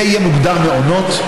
זה יהיה מוגדר מעונות,